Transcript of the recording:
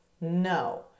No